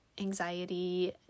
anxiety